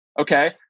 okay